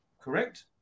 Correct